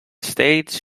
states